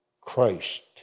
Christ